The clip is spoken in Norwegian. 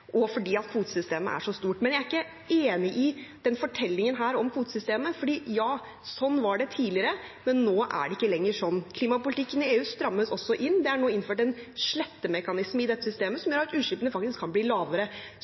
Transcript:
og fordi kvotesystemet er så stort. Men jeg er ikke enig i den fortellingen her om kvotesystemet. Ja, sånn var det tidligere, men nå er det ikke lenger sånn. Klimapolitikken i EU strammes også inn. Det er nå innført en slettemekanisme i dette systemet som gjør at utslippene faktisk kan bli lavere.